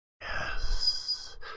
Yes